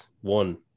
one